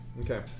Okay